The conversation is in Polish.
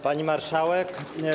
Pani Marszałek!